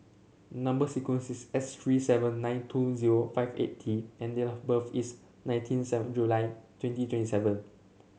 number sequence is S three seven nine two zero five eight T and date of birth is nineteen seven July twenty twenty seven